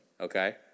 okay